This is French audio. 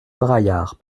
braillard